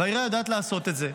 והעירייה יודעת לעשות את זה.